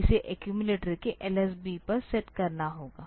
इसे एक्यूमिलेटर के LSB पर सेट करना होगा